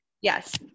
Yes